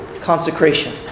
consecration